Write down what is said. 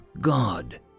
god